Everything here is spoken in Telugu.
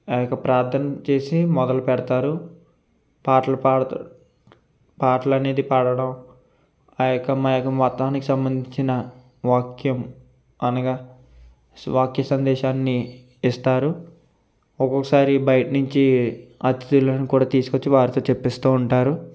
ఆ యొక్క ప్రార్థన చేసి మొదలు పెడతారు పాటలు పాడుతా పాటలు అనేది పాడడం ఆ యొక్క మా యొక్క మతానికి సంబంధించిన వాక్యం అనగా వాక్య సందేశాన్ని ఇస్తారు ఒక్కోసారి బయటి నుంచి అతిథులను కూడా తీసుకొచ్చి వారితో చెప్పిస్తు ఉంటారు